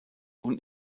und